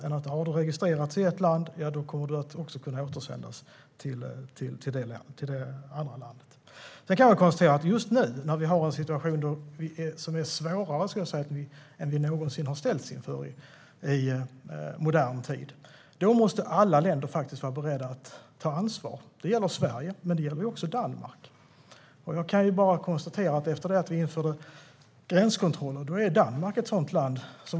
Om man har registrerats i ett land kommer man också att kunna återsändas till det landet. Just nu, när vi har en svårare situation än vi någonsin ställts inför i modern tid, måste alla länder vara beredda att ta ansvar. Det gäller Sverige, men det gäller också Danmark. Jag kan bara konstatera att efter att vi införde gränskontroller är Danmark ett land som inte är berett att ta ansvar.